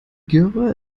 göre